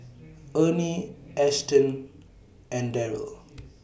Ernie Ashtyn and Darrel